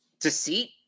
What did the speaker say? deceit